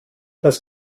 das